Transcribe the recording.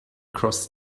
cross